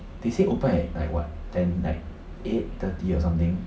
they say open like what ten like eight thirty or something